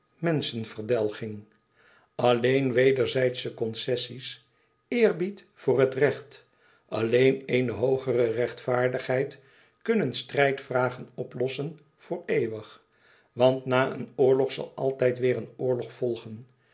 menschenverdelging alleen wederzijdsche concessie's eerbied voor het recht alleen eene hoogere rechtvaardigheid kunnen strijdvragen oplossen voor eeuwig want na een oorlog zal altijd weêr een oorlog volgen